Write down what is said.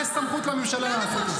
יש סמכות לממשלה לעשות את זה.